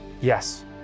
Yes